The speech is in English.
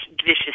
vicious